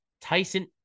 Tyson